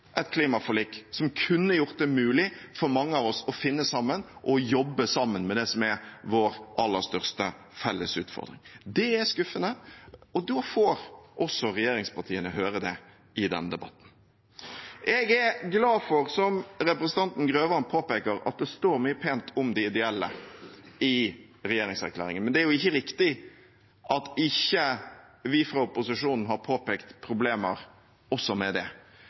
et klimaforlik som kunne gjort det mulig for mange av oss å finne sammen og jobbe sammen med det som er vår aller største felles utfordring. Det er skuffende, og da får også regjeringspartiene høre det i denne debatten. Jeg er glad for, som representanten Grøvan påpeker, at det står mye pent om de ideelle i regjeringserklæringen, men det er ikke riktig at vi fra opposisjonen ikke også har påpekt problemer med det.